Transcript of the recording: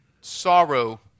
sorrow